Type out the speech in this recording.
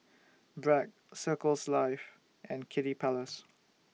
Bragg Circles Life and Kiddy Palace